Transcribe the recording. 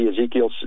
Ezekiel